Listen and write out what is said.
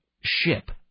ship